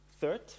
Third